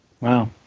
Wow